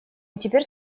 теперь